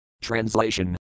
Translation